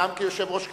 גם כיושב-ראש הכנסת,